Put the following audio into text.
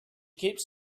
keeps